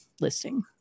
listing